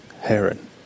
heron